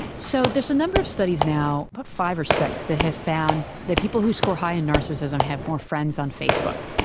so there's a number of studies now, about but five or six, that have found that people who score high in narcissism have more friends on facebook.